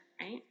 right